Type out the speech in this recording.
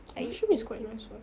I eat everything